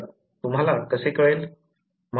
तर तुम्हाला कसे कळेल